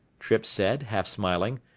trippe said, half-smiling.